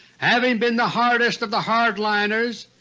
having been the hardest of the hard-liners,